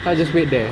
just wait